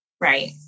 Right